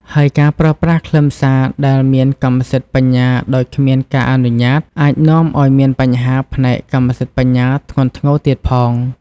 ហើយការប្រើប្រាស់ខ្លឹមសារដែលមានកម្មសិទ្ធិបញ្ញាដោយគ្មានការអនុញ្ញាតអាចនាំឲ្យមានបញ្ហាផ្នែកកម្មសិទ្ធិបញ្ញាធ្ងន់ធ្ងរទៀតផង។